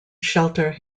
shelter